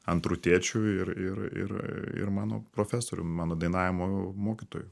antru tėčiu ir ir ir ir mano profesorium mano dainavimo mokytoju